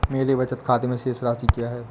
मेरे बचत खाते में शेष राशि क्या है?